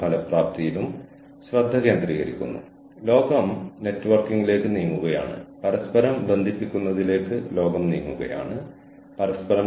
strategic human resource മാനേജ്മെന്റിന്റെ ഒരു സംയോജിത മാതൃകയിൽ നിന്നാണ് ഇത് ആരംഭിക്കുന്നത് അത് ഞാൻ നിങ്ങളുമായി പങ്കിടും